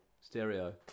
stereo